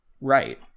Right